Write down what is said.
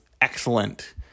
excellent